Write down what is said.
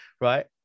right